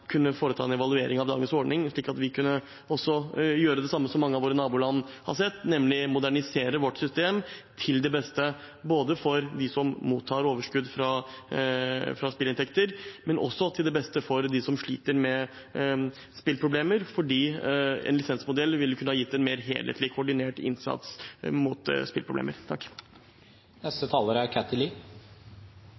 kunne foreta en evaluering av dagens ordning. Da kunne vi gjøre det samme som mange av våre naboland har gjort, nemlig modernisere vårt system både til det beste for dem som mottar overskudd fra spilleinntekter, og for dem som sliter med spilleproblemer, for en lisensmodell ville kunne ha gitt en mer helhetlig, koordinert innsats mot